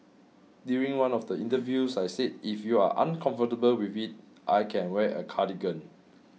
during one of the interviews I said if you're uncomfortable with it I can wear a cardigan